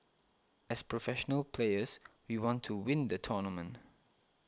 as professional players we want to win the tournament